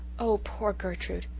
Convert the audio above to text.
oh, poor gertrude!